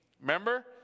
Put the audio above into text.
remember